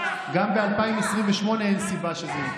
גם ב-2028 אין סיבה שזה יקרה.